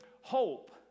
Hope